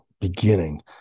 beginning